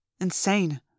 Insane